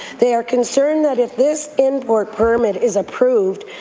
they are concerned that if this import permit is approved,